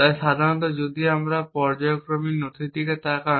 তাই সাধারণত যদি আপনি পর্যায়ক্রমিক নথির দিকে তাকান